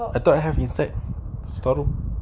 I thought has effect sorry